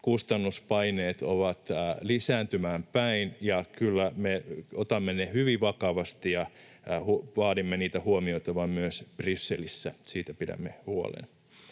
kustannuspaineet ovat lisääntymään päin, ja kyllä me otamme ne hyvin vakavasti ja vaadimme niitä huomioitavan myös Brysselissä. Siitä pidämme huolen.